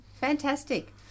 Fantastic